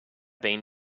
been